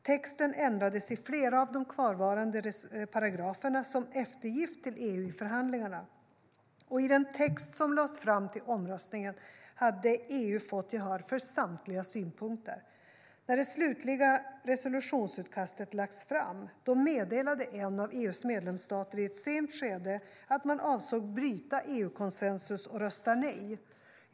Texten ändrades i flera av de kvarvarande paragraferna som eftergift till EU i förhandlingarna. I den text som lades fram till omröstningen hade EU fått gehör för samtliga synpunkter. När det slutgiltiga resolutionsutkastet lagts fram meddelade en av EU:s medlemsstater i ett sent skede att man avsåg att bryta EU-konsensus och rösta nej.